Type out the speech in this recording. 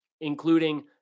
including